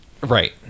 Right